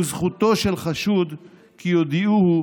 זכותו של חשוד כי יודיעוהו